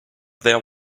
there